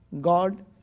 god